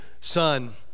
Son